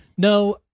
No